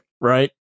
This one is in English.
Right